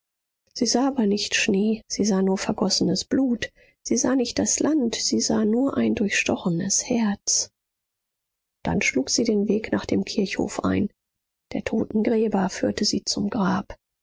sie sah aber nicht schnee sie sah nur vergossenes blut sie sah nicht das land sie sah nur ein durchstochenes herz dann schlug sie den weg nach dem kirchhof ein der totengräber führte sie zum grab